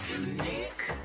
unique